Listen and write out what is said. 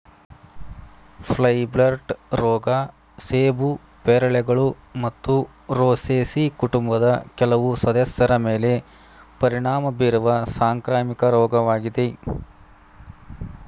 fire blight ರೋಗ ಸೇಬು ಪೇರಳೆಗಳು ಮತ್ತು ರೋಸೇಸಿ ಕುಟುಂಬದ ಕೆಲವು ಸದಸ್ಯರ ಮೇಲೆ ಪರಿಣಾಮ ಬೀರುವ ಸಾಂಕ್ರಾಮಿಕ ರೋಗವಾಗಿದೆ